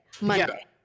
Monday